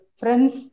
friends